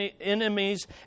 enemies